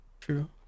True